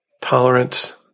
tolerance